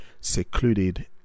secluded